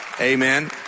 Amen